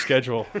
schedule